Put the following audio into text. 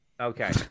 Okay